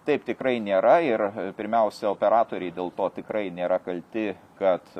taip tikrai nėra ir pirmiausia operatoriai dėl to tikrai nėra kalti kad